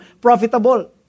profitable